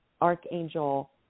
Archangel